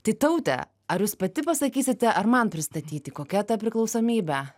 tai taute ar jūs pati pasakysite ar man pristatyti kokia ta priklausomybė